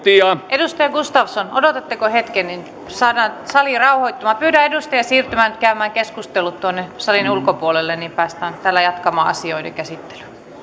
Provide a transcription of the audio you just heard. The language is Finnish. edustaja gustafsson odotatteko hetken niin saadaan sali rauhoittumaan pyydän edustajia siirtymään käymään keskustelut tuonne salin ulkopuolelle niin päästään täällä jatkamaan asioiden käsittelyä joo